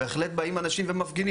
בהחלט באים אנשים ומפגינים.